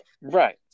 Right